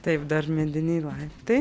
taip dar mėlyni laiptai